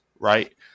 right